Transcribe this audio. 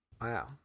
Wow